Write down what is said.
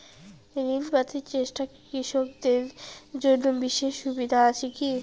ঋণ পাতি চেষ্টা কৃষকদের জন্য বিশেষ সুবিধা আছি কি?